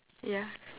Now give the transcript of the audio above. yeah